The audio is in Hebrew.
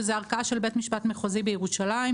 שזאת ערכאה של בית משפט מחוזי בירושלים.